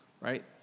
right